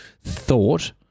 thought